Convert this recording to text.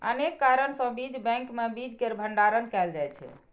अनेक कारण सं बीज बैंक मे बीज केर भंडारण कैल जाइ छै